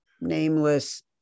Nameless